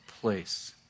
place